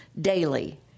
daily